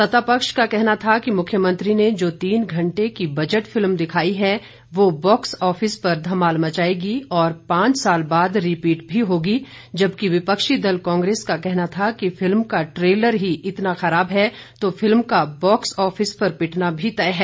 सत्तापक्ष का कहना था कि मुख्यमंत्री ने जो तीन घंटे की बजट फिल्म दिखाई है वह बॉक्स ऑफिस पर धमाल मचाएगी और पांच साल बाद रिपीट भी होगी जबकि विपक्षी दल कांग्रेस का कहना था कि फिल्म का ट्रेलर ही इतना खराब है तो फिल्म का बॉक्स ऑफिस पर पिटना भी तय है